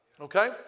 Okay